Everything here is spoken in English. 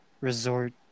resort